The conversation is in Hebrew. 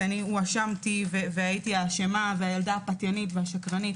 הואשמתי והייתי הילדה הפתיינית והשקרנית,